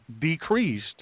decreased